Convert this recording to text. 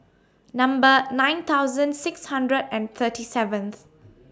Number nine thousand six hundred and thirty seventh